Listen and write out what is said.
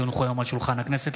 כי הונחו היום על שולחן הכנסת,